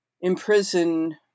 imprison